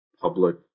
public